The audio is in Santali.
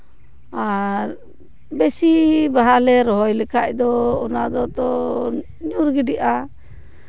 ᱟᱨ ᱵᱮᱥᱤ ᱵᱟᱦᱟ ᱞᱮ ᱨᱚᱦᱚᱭ ᱞᱮᱠᱷᱟᱱ ᱫᱚ ᱚᱱᱟ ᱫᱚ ᱛᱚ ᱧᱩᱨ ᱜᱤᱰᱤᱜᱼᱟ